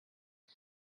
but